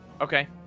Okay